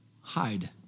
hide